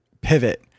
pivot